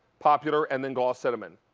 popular and and cinnamon.